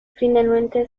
finalmente